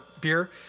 beer